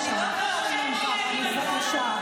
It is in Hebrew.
חברת הכנסת קטי שטרית,